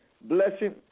Blessing